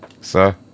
sir